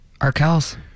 Arkells